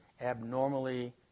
abnormally